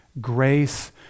grace